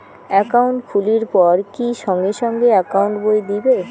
Account খুলির পর কি সঙ্গে সঙ্গে একাউন্ট বই দিবে?